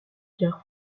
dire